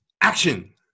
action